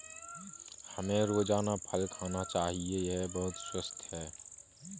हमें रोजाना फल खाना चाहिए, यह बहुत स्वस्थ है